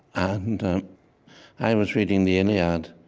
and i was reading the iliad,